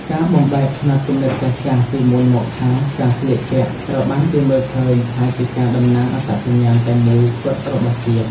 ការបំបែកផ្នត់គំនិតចាស់ៗ ពីមុនមកថា ការស្លៀកពាក់ត្រូវបានគេមើលឃើញថាជាការតំណាងអត្តសញ្ញាណតែមួយគត់របស់ជាតិ។